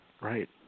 Right